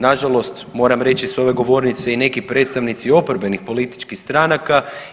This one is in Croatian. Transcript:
Na žalost moram reći sa ove govornice i neki predstavnici i oporbenih političkih stranaka.